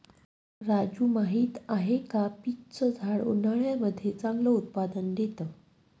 राजू माहिती आहे का? पीच च झाड उन्हाळ्यामध्ये चांगलं उत्पादन देत